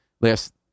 last